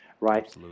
Right